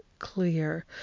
clear